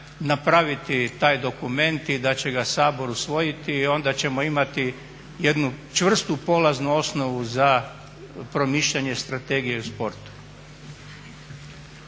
napraviti taj dokument i da će ga Sabor usvojiti i onda ćemo imati jednu čvrstu, polaznu osnovu za promišljanje Strategije sporta.